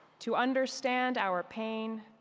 to understand our pain,